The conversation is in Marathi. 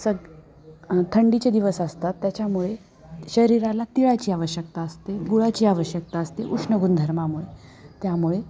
सग थंडीचे दिवस असतात त्याच्यामुळे शरीराला तिळाची आवश्यकता असते गुळाची आवश्यकता असते उष्ण गुणधर्मामुळे त्यामुळे